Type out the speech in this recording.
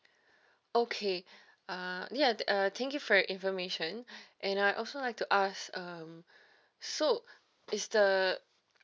okay uh ya uh thank you for your information and I also like to ask um so is the